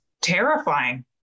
terrifying